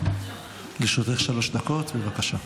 לרשותך שלוש דקות, בבקשה.